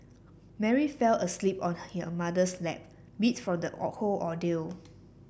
Mary fell asleep on her mother's lap meat from the whole ordeal